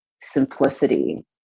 simplicity